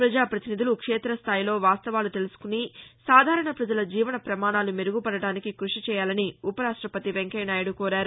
ప్రజాపతినిధులు క్షేతస్టాయిలో వాస్తవాలు తెలుసుకుని సాధారణ ప్రజల జీవన ప్రమాణాలు మెరుగుపడడానికి కృషి చేయాలని ఉపరాష్టపతి వెంకయ్య నాయుడు కోరారు